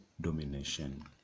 domination